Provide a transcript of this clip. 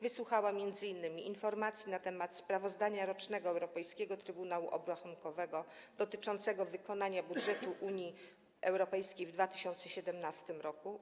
Wysłuchała m.in. informacji na temat sprawozdania rocznego Europejskiego Trybunału Obrachunkowego dotyczącego wykonania budżetu Unii Europejskiej w 2017 r.